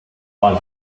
ball